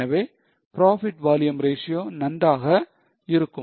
எனவே profit volume ratio நன்றாக இருக்கும்